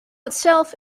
itself